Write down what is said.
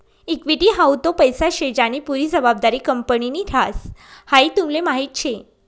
equity हाऊ तो पैसा शे ज्यानी पुरी जबाबदारी कंपनीनि ह्रास, हाई तुमले माहीत शे